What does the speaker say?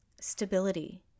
stability